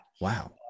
Wow